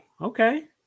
Okay